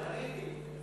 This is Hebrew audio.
עניתי.